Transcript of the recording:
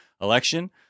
election